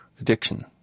addiction